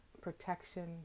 protection